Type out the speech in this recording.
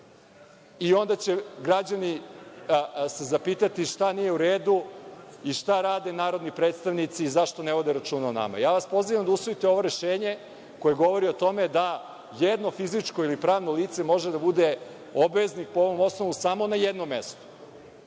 Onda će se građani zapitati šta nije u redu i šta rade narodni predstavnici i zašto ne vode računa o nama? Pozivam vas da usvojite ovo rešenje koje govori o tome da jedno fizičko ili pravno lice može da bude obveznik po ovom osnovu samo na jednom mestu,